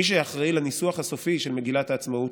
ומי שאחראי לניסוח הסופי של מגילת העצמאות,